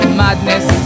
madness